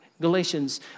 Galatians